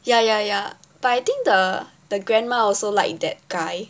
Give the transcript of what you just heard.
ya ya ya but I think the the grandma also like that guy